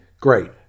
Great